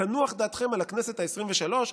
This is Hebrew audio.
תנוח דעתכם על הכנסת העשרים-ושלוש.